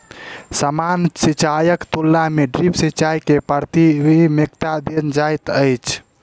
सामान्य सिंचाईक तुलना मे ड्रिप सिंचाई के प्राथमिकता देल जाइत अछि